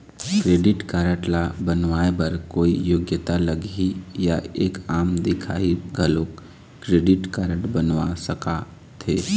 Credit card ला बनवाए बर कोई योग्यता लगही या एक आम दिखाही घलो क्रेडिट कारड बनवा सका थे?